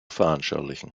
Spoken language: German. veranschaulichen